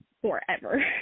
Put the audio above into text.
forever